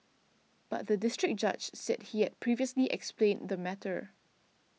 but the District Judge said he had previously explained the matter